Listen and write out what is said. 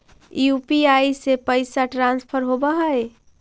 UPI से पैसा transfer होवहै?